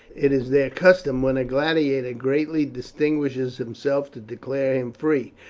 it is their custom when a gladiator greatly distinguishes himself to declare him free,